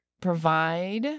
provide